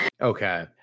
Okay